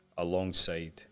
alongside